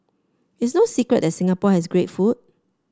it's no secret that Singapore has great food